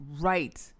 right